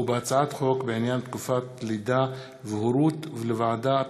ובהצעת חוק בעניין תקופת לידה והורות ולוועדת החוקה,